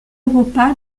europa